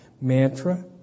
mantra